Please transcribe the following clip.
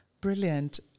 Brilliant